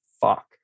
fuck